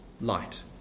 Light